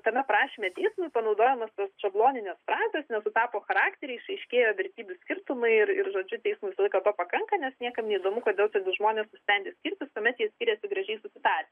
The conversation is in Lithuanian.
tame prašyme teismui panaudojamos tos šabloninės frazės nesutapo charakteriai išaiškėjo vertybių skirtumai ir ir žodžiu teismui visą laiką to pakanka nes niekam neįdomu kodėl savi žmonės nusprendė skirtis tuomet jie skiriasi gražiai susitarę